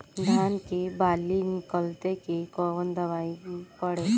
धान के बाली निकलते के कवन दवाई पढ़े?